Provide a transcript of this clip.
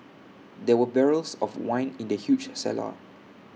there were barrels of wine in the huge cellar